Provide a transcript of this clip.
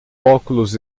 óculos